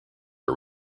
are